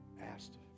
asked